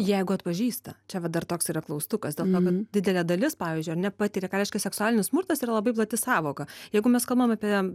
jeigu atpažįsta čia vat dar toks yra klaustukas dėl to kad didelė dalis pavyzdžiui ar ne patiria ką reiškia seksualinis smurtas yra labai plati sąvoka jeigu mes kalbam apie